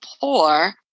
poor